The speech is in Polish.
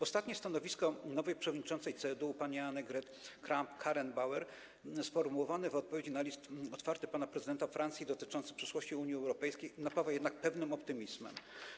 Ostatnie stanowisko nowej przewodniczącej CDU pani Annegret Kramp-Karrenbauer, sformułowane w odpowiedzi na list otwarty pana prezydenta Francji dotyczący przyszłości Unii Europejskiej, napawa jednak pewnym optymizmem.